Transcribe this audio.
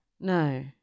No